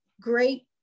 great